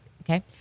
Okay